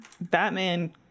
batman